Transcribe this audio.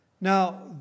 Now